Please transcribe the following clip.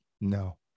no